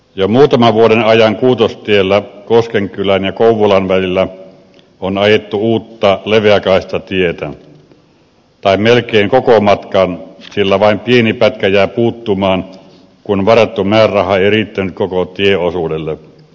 jo muutaman vuoden ajan kuutostiellä koskenkylän ja kouvolan välillä on ajettu uutta leveäkaistatietä tai melkein koko matkan sillä vain pieni pätkä jää puuttumaan kun varattu määräraha ei riittänyt koko tieosuudelle